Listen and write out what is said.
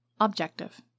objective